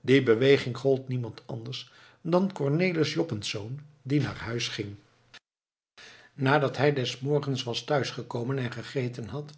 die beweging gold niemand anders dan cornelis joppensz die naar huis ging nadat hij des morgens was thuis gekomen en gegeten had